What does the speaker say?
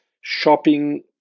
shopping